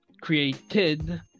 created